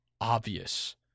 obvious